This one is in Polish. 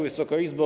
Wysoka Izbo!